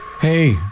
Hey